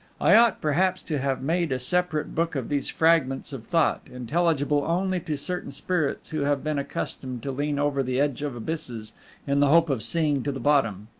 i ought perhaps to have made a separate book of these fragments of thought, intelligible only to certain spirits who have been accustomed to lean over the edge of abysses in the hope of seeing to the bottom.